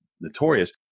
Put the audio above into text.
notorious